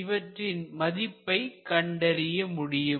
இவற்றின் மதிப்பை கண்டறிய முடியும்